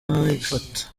abifata